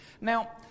Now